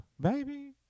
baby